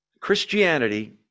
Christianity